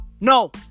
no